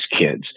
kids